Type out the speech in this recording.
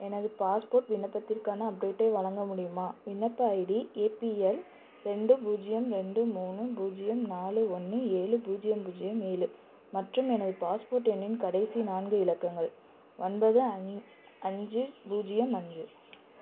எனது பாஸ்போர்ட் விண்ணப்பத்திற்கான அப்டேட்டை வழங்க முடியுமா விண்ணப்ப ஐடி ஏபிஎல் ரெண்டு பூஜ்ஜியம் ரெண்டு மூணு பூஜ்ஜியம் நாலு ஒன்று ஏழு பூஜ்ஜியம் பூஜ்ஜியம் ஏழு மற்றும் எனது பாஸ்போர்ட் எண்ணின் கடைசி நான்கு இலக்கங்கள் ஒன்பது அஞ் அஞ்சு பூஜ்ஜியம் அஞ்சு